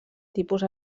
tipus